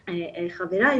חבריי,